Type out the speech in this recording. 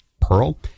pearl